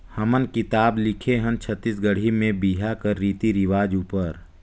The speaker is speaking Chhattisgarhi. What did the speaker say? हमन किताब लिखे हन छत्तीसगढ़ी में बिहा कर रीति रिवाज उपर